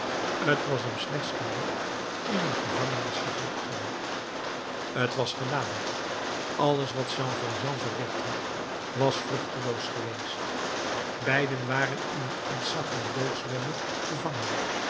t was hem slechts gelukt in een gevangenis te vluchten t was gedaan alles wat jean valjean verricht had was vruchteloos geweest beiden waren in het ontzaggelijk doodswebbe gevangen